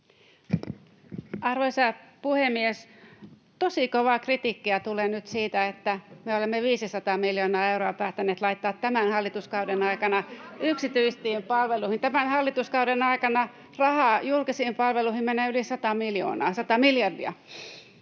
Arvoisa puhemies! Tosi kovaa kritiikkiä tulee nyt siitä, että me olemme 500 miljoonaa euroa päättäneet laittaa tämän hallituskauden aikana yksityisiin palveluihin. Tämän hallituskauden aikana rahaa julkisiin palveluihin menee yli 100 miljoonaa